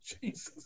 Jesus